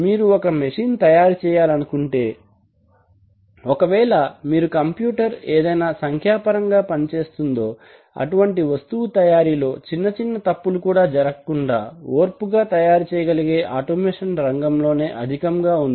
మీరు ఒక మెషిన్ తయారు చేయాలనుకుంటే ఒకవేళ మీరు కంప్యూటర్ ఏదైతే సంఖ్యా పరంగా పనిచేస్తుందో అటువంటి వస్తువు తయారీలో చిన్న చిన్న తప్పులు కూడా జరగకుండా ఓర్పుగా తయారుచేయగలిగే ఆటోమేషన్ రంగం లోనే అధికముగా ఉంది